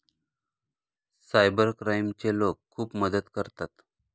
cyber क्राईमचे लोक खूप मदत करतात